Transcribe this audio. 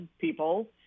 people